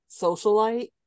socialite